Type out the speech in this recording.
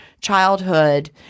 childhood